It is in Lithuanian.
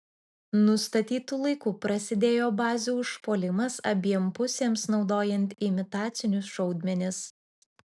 nustatytu laiku prasidėjo bazių užpuolimas abiem pusėms naudojant imitacinius šaudmenis